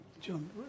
John